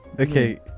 Okay